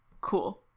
Cool